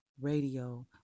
radio